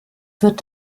wird